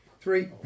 Three